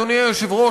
אדוני היושב-ראש,